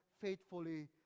faithfully